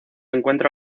encuentra